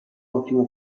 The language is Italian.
ottimo